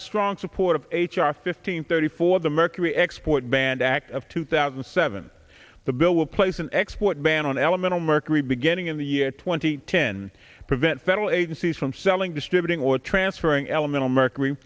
in strong support of h r fifteen thirty four the mercury export band act of two thousand and seven the bill will place an export ban on elemental mercury beginning in the year twenty ten prevent federal agencies from selling distributing or transferring elemental mercury